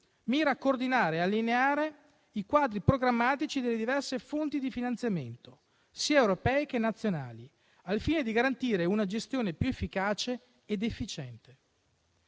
mira a coordinare e allineare i quadri programmatici delle diverse fonti di finanziamento sia europei che nazionali, al fine di garantire una gestione più efficace ed efficiente.